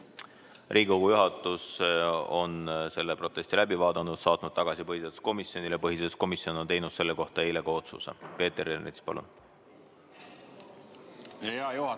Riigikogu juhatus on selle protesti läbi vaadanud, saatnud tagasi põhiseaduskomisjonile, põhiseaduskomisjon on teinud selle kohta eile ka otsuse. Peeter Ernits, palun! Hea juhataja!